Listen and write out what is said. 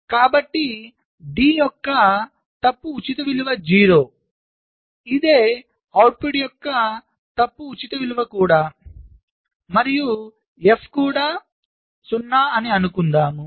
కాబట్టి D యొక్క తప్పు ఉచిత విలువ 0 ఇదే అవుట్పుట్ యొక్క తప్పు ఉచిత విలువ కూడా మరియు F కూడా 0 అని అనుకుందాం